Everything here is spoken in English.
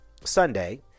sunday